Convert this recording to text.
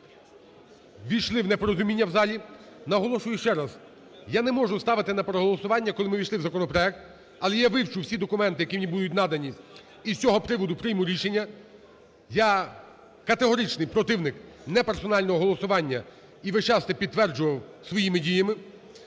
ввійшли в непорозуміння в залі. Наголошую ще раз, я не можу ставити на переголосування, коли ми ввійшли в законопроект, але я вивчу всі документи, які мені будуть надані, і з цього приводу прийму рішення. Я категоричний противник неперсонального голосування і весь час це підтверджував своїми діями.